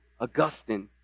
Augustine